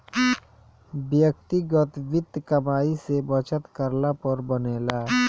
व्यक्तिगत वित्त कमाई से बचत करला पर बनेला